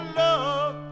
love